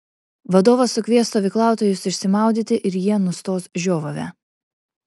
vadovas sukvies stovyklautojus išsimaudyti ir jie nustos žiovavę